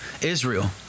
Israel